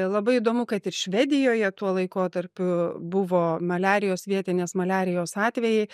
labai įdomu kad ir švedijoje tuo laikotarpiu buvo maliarijos vietinės maliarijos atvejai